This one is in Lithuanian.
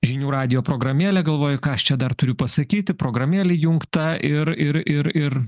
žinių radijo programėlė galvoju ką aš čia dar turiu pasakyti programėlė įjungta ir ir ir ir